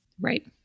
Right